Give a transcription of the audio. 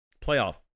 playoff